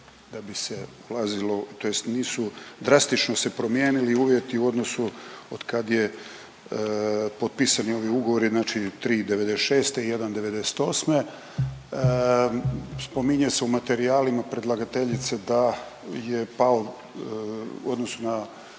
da bi se ulazilo, tj. nisu drastično se promijenili uvjeti u odnosu od kad je potpisani ovi ugovori, znači tri '96. i jedan '98. Spominje se u materijalima predlagateljice da je pao u odnosu na